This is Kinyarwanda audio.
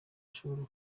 bashobora